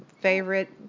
favorite